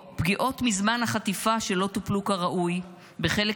פגיעות מזמן החטיפה שלא טופלו כראוי בחלק